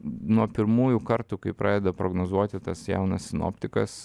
nuo pirmųjų kartų kai pradeda prognozuoti tas jaunas sinoptikas